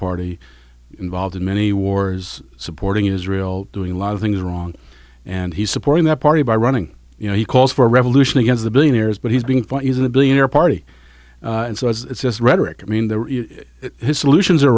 party involved in many wars supporting israel doing a lot of things wrong and he's supporting that party by running you know he calls for a revolution against the billionaires but he's being fought using the billionaire party and so it's just rhetoric i mean the